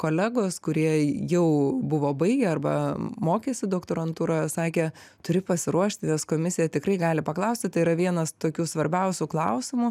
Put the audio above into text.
kolegos kurie jau buvo baigę arba mokėsi doktorantūroje sakė turi pasiruošt nes komisija tikrai gali paklausti tai yra vienas tokių svarbiausių klausimų